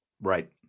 Right